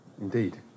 indeed